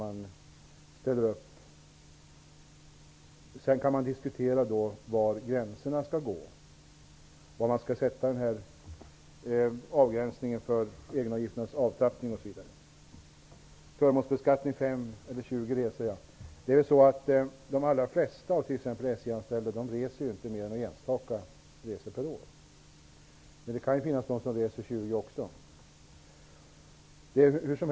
Men var exempelvis gränserna för egenavgifternas avtrappning skall gå, kan man alltid diskutera. På frågan om olika förmånsbeskattning beroende på om man reser 5 eller 20 resor per år, vill jag påstå att de alla flesta inte reser mer än några enstaka resor per år. Men det kan i och för sig finnas de som reser även 20 resor.